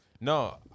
No